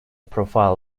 profile